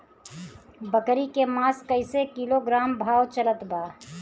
बकरी के मांस कईसे किलोग्राम भाव चलत बा?